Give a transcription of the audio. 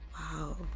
Wow